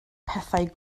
pethau